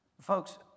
Folks